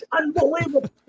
Unbelievable